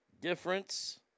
Difference